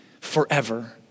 forever